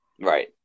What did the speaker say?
Right